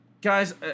guys